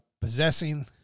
possessing